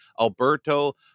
Alberto